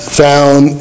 found